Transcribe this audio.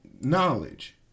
knowledge